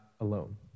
alone